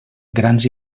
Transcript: grans